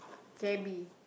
cabby